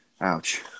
ouch